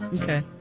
okay